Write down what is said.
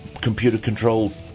computer-controlled